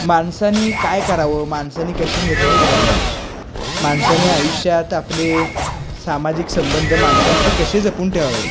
माणसाने काय करावं माणसाने कसे निर्णय घ्यावे माणसाने आयुष्यात आपले सामाजिक संबंध माणसांशी कसे जपून ठेवावे